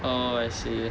oh I see